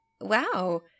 wow